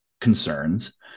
concerns